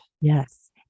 yes